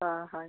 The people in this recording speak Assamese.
অঁ হয়